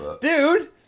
Dude